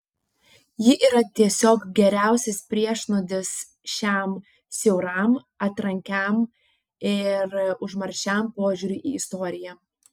ji yra tiesiog geriausias priešnuodis šiam siauram atrankiam ir užmaršiam požiūriui į istoriją